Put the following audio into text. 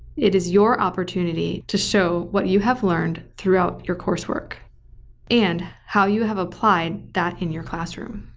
it is your opportunity to show what you have learned throughout your coursework and how you have applied that in your classroom.